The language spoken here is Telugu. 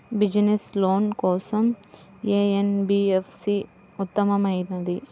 బిజినెస్స్ లోన్ కోసం ఏ ఎన్.బీ.ఎఫ్.సి ఉత్తమమైనది?